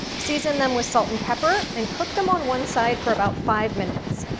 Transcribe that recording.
season them with salt and pepper, and cook them on one side for about five minutes.